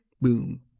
Boom